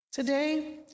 Today